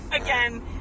Again